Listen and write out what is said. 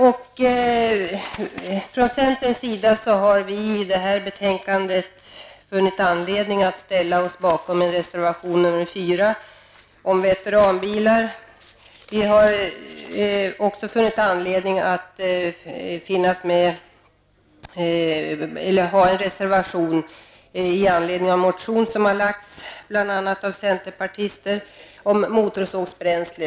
Vi i centern har funnit anledning att ställa oss bakom reservation 4 om veteranbilar. Vidare har vi funnit anledning att avge en reservation i anledning av en motion som har väckts av bl.a. centerpartister och som handlar om motorsågsbränsle.